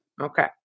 Okay